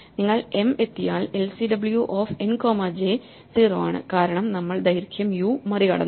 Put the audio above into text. നിങ്ങൾ m ൽ എത്തിയാൽ lcw of n comma j 0 ആണ് കാരണം നമ്മൾ ദൈർഘ്യം u മറികടന്നു